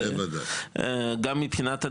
זה עדיף גם מבחינת הדיירים.